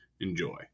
Enjoy